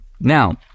Now